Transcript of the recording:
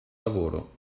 lavoro